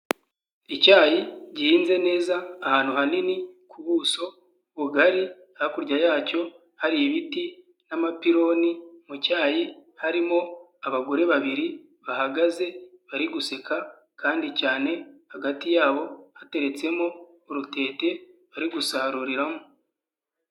Icyayi gihinze neza ahantu hanini ku buso bugari hakurya yacyo hari ibiti n'amapironi mu cyayi harimo abagore babiri bahagaze bari guseka kandi cyane, hagati yabo hateretsemo urutete bari gusaruriramo.